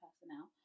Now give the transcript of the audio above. personnel